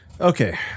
Okay